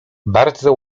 bardzo